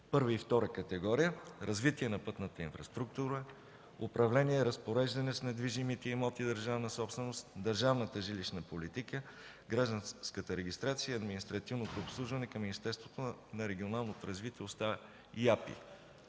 първа и втора категория, развитие на пътната инфраструктура, управление и разпореждане с недвижимите имоти държавна собственост, държавната жилищна политика, гражданската регистрация и административното обслужване. Към Министерството на регионалното развитие остава и